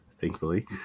thankfully